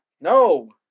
No